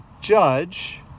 judge